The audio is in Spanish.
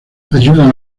ayudan